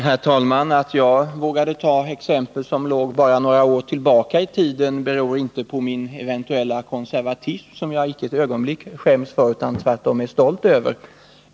Herr talman! Att jag vågade ta exempel som låg bara några år tillbaka i tiden beror inte på min eventuella konservatism, som jag icke ett ögonblick skäms för utan tvärtom är stolt över.